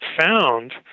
found